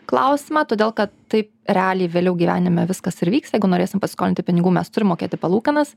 klausimą todėl kad taip realiai vėliau gyvenime viskas ir vyks jeigu norėsim pasiskolinti pinigų mes turim mokėti palūkanas